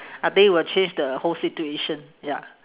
I think it will change the whole situation ya